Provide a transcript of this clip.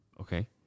Okay